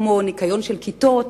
כמו ניקיון של כיתות,